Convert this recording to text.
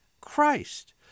Christ